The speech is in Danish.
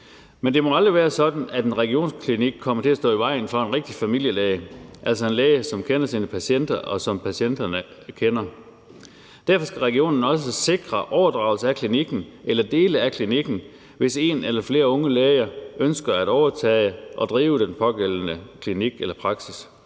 Men det må aldrig være sådan, at en regionsklinik kommer til at stå i vejen for en rigtig familielæge, altså en læge, som kender sine patienter, og som patienterne kender. Derfor skal regionen også sikre overdragelse af klinikken eller dele af klinikken, hvis en eller flere unge læger ønsker at overtage og drive den pågældende klinik eller praksis.